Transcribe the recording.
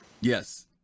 yes